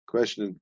Question